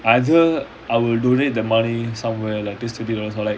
either I will donate the money somewhere like this twenty dollars or like